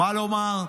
מה לומר,